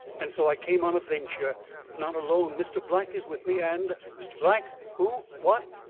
and so i came on a venture but not alone mr. black is with me and mr. black! who? what?